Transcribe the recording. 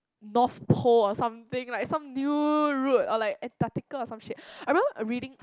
north pole or something like some new route or like Antarctica or some shit I remember reading